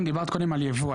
לכן דיברת קודם על ייבוא,